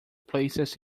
places